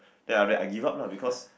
then after that I give up lah because